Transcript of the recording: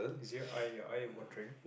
is your eye your eye watering